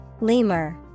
Lemur